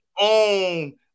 own